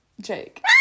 Jake